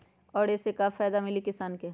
और ये से का फायदा मिली किसान के?